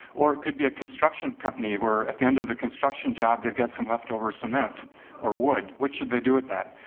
or it could be a construction company where, at the end of the construction job, they've got some leftover cement or wood. what should they do with that?